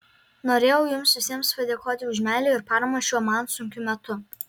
norėjau jums visiems padėkoti už meilę ir paramą šiuo man sunkiu metu